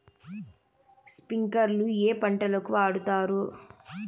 స్ప్రింక్లర్లు ఏ పంటలకు వాడుతారు?